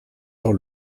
alors